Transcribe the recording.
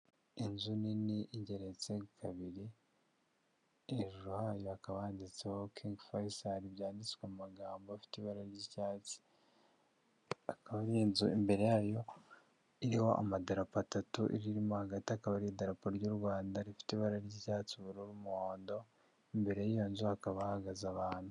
Inzu nini ingeretse kabiri hejuru hayo hakaba handitseho king faisal byanditswe magambo afite ibara ry'icyatsi, akaba ari inzu imbere yayo iriho amadarapa atatu ririmo hagati akaba ariderapo ry'u Rwanda rifite ibara ry'icyatsi, ubururu, n'umuhondo, imbere y'iyo nzu hakaba hahagaze abantu.